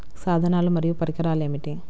సాధనాలు మరియు పరికరాలు ఏమిటీ?